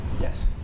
Yes